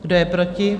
Kdo je proti?